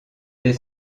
des